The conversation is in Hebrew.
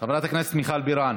חברת הכנסת מיכל בירן,